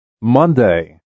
Monday